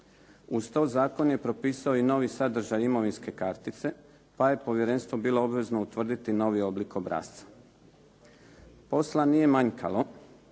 Uz to, zakon je propisao i novi sadržaj imovinske kartice, pa je povjerenstvo bilo obvezno utvrditi novi oblik obrasca. Posla nije manjkalo,